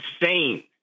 insane